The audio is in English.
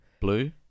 Blue